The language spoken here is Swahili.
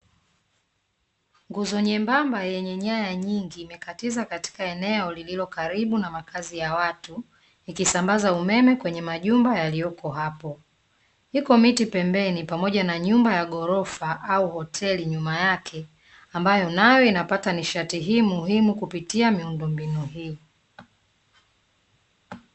Nguzo nyembamba yenye nyaya nyingi, imekatiza katika eneo lililo karibu na makazi ya watu, ikisambaza umeme kwenye majumba yaliyoko hapo. Iko miti pembeni pamoja na nyumba ya ghorofa au hoteli nyuma yake, ambayo nayo inapata nishati hio muhimu kupitia miundo mbinu hii.